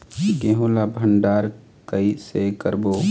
गेहूं ला भंडार कई से करबो?